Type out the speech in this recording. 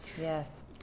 Yes